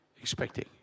expecting